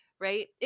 right